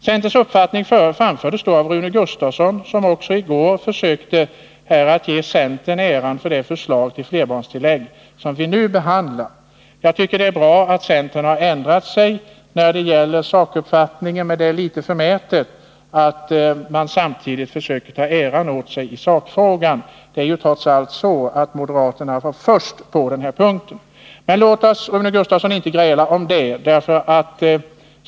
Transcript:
Centerns uppfattning framfördes då av Rune Gustavsson, som också i går försökte ge centern äran av det förslag till flerbarnstillägg som vi nu behandlar. Jag tycker det är bra att centern har ändrat sakuppfattning, men det är litet förmätet att samtidigt försöka ta åt sig äran i sakfrågan. Trots allt var moderaterna först på den här punkten. Men låt oss, Rune Gustavsson, inte gräla om detta.